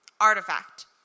artifact